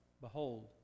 behold